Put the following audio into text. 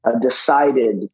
decided